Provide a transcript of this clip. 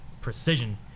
precision